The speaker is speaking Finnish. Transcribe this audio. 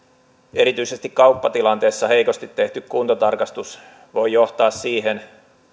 erityisesti kauppatilanteessa heikosti tehty kuntotarkastus voi johtaa siihen